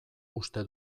uste